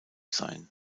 sein